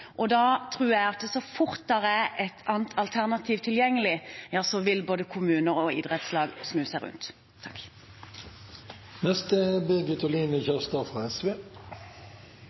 Da tror jeg at så fort det er et annet alternativ tilgjengelig, vil både kommuner og idrettslag snu seg rundt.